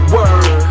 Word